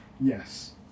Yes